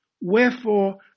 Wherefore